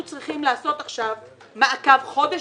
אנחנו צריכים לעשות עכשיו מעקב חודש